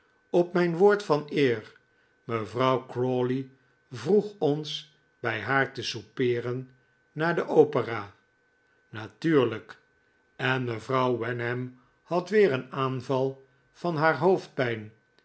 op mijn woord van eer mevrouw crawley vroeg ons bij haar te soupeeren na de opera natuurlijk en mevrouw wenham had weer een aanval van haar hoofdpijn